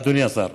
אדוני השר.